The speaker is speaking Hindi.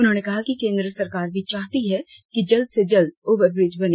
उन्होंने कहा कि केन्द्र सरकार भी चाहती है कि जल्द से जल्द ओवरब्रिज बने